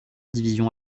division